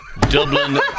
Dublin